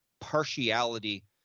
partiality